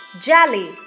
jelly